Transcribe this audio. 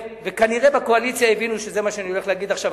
כנראה בקואליציה הבינו שזה מה שאני הולך להגיד עכשיו,